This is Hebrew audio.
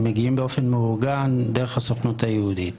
מגיעים באופן מאורגן דרך הסוכנות היהודית,